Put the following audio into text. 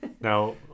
Now